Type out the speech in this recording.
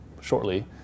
shortly